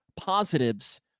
positives